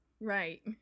Right